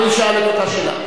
אני אומר את דברי במסגרת,